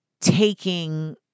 taking